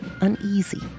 uneasy